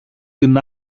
την